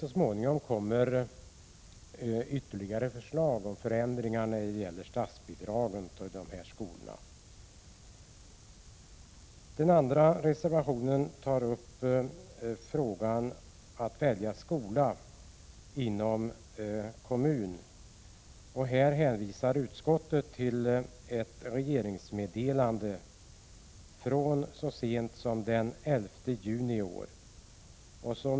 Så småningom kommer ytterligare förslag till ändringar i statsbidragsreglerna för dessa skolor. Den andra reservationen tar upp frågan om att välja skola inom kommun. Här hänvisar utskottet till ett regeringsmeddelande från den 11 juni i år.